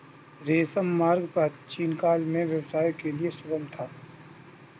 रेशम मार्ग प्राचीनकाल में व्यापार के लिए सुगम था